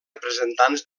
representants